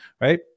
Right